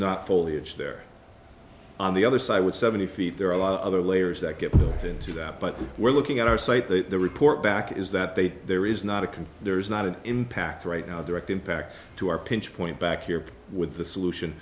not foliage there on the other side would seventy feet there are other layers that get into that but we're looking at our site that the report back is that they there is not a can there is not an impact right now direct impact to our pinch point back here with the solution